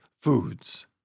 foods